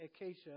Acacia